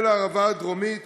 כולל הערבה הדרומית,